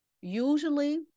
Usually